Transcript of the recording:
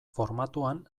formatuan